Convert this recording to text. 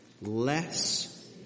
Less